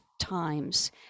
times